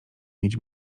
mieć